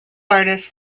artists